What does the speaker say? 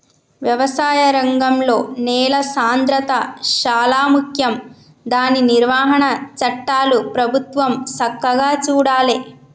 వ్యవసాయ రంగంలో నేల సాంద్రత శాలా ముఖ్యం దాని నిర్వహణ చట్టాలు ప్రభుత్వం సక్కగా చూడాలే